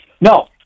No